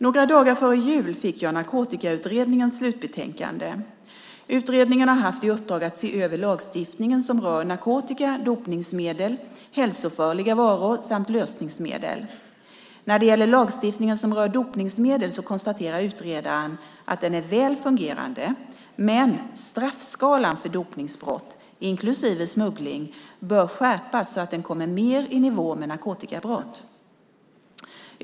Några dagar före jul fick jag Narkotikautredningens slutbetänkande. Utredningen har haft i uppdrag att se över lagstiftningen som rör narkotika, dopningsmedel, hälsofarliga varor samt lösningsmedel. När det gäller lagstiftningen som rör dopningsmedel konstaterar utredaren att den är väl fungerande men att straffskalan för dopningsbrott, inklusive smuggling, bör skärpas så att den kommer mer i nivå med narkotikabrott.